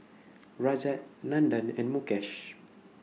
Rajat Nandan and Mukesh